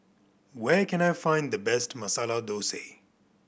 where can I find the best Masala Thosai